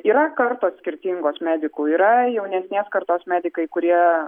yra kartos skirtingos medikų yra jaunesnės kartos medikai kurie